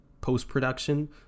post-production